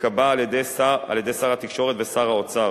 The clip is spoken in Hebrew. תיקבע על-ידי שר התקשורת ושר האוצר